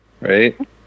Right